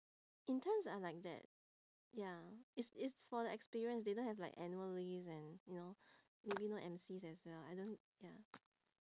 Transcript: interns are like that ya it's it's for the experience they don't have like annual leaves and you know maybe no M_Cs as well I don't ya